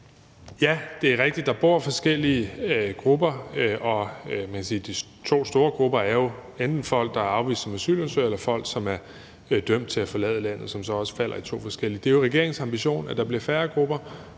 Ja, det er rigtigt, at der bor forskellige grupper. Man kan sige, at de to store grupper enten er folk, der er blevet afvist som asylansøgere, eller folk, som er blevet dømt til at forlade landet, og de falder så også i to forskellige grupper. Det er jo regeringens ambition, at der bliver færre grupper.